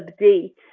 update